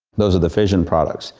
those are the fission products.